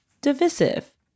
divisive